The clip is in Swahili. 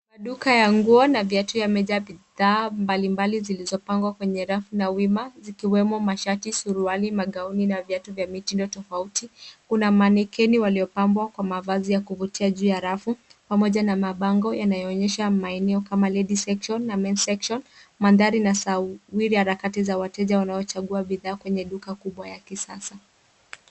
Maduka ya nguo na viatu yamejaa bidhaa mbalimbali zilizopangwa kwenye rafu na wima zikiwemo mashati, suruali, magauni na viatu vya mitindo tofauti. Kuna mannequin waliopambwa kwa mavazi ya kuvutia juu ya rafu pamoja na mabango yanayoonyesha maeneo kama lady section na men section . Mandhari na sawiri harakati za wateja wanaochagua bidhaa kwenye duka kubwa ya kisasa.